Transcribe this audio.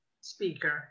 speaker